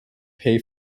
pay